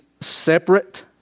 separate